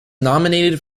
nominated